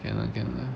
can lah can lah